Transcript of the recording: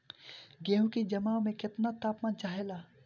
गेहू की जमाव में केतना तापमान चाहेला?